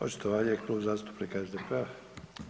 Očitovanje, Klub zastupnika SDP-a.